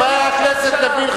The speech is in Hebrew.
חבר כנסת לוין,